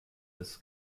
des